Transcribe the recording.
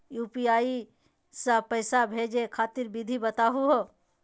UPI स पैसा भेजै खातिर विधि बताहु हो?